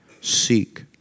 seek